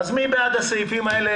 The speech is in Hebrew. מי בעד הסעיפים האלה?